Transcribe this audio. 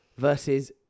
Versus